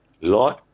Lord